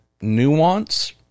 nuance